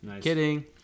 Kidding